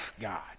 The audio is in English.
God